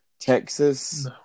Texas